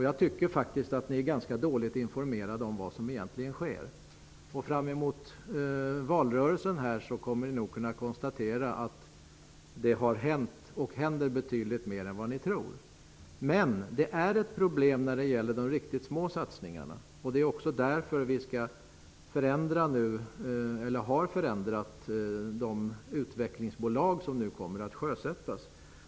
Jag tycker faktiskt att ni är dåligt informerade om vad som egentligen sker. Framemot valrörelsen kommer ni nog att kunna konstatera att det har hänt och händer betydligt mer än vad ni tror. Men det är ett problem med de riktigt små satsningarna, och det är också därför som vi har förändrat de utvecklingsbolag som nu kommer att sjösättas.